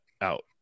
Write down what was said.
out